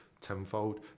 tenfold